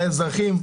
האזרחים,